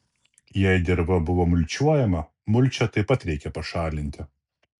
jei dirva buvo mulčiuojama mulčią taip pat reikia pašalinti